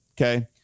Okay